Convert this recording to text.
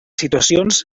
situacions